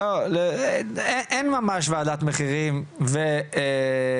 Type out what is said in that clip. אין ממש וועדת מחירים ופיקוח.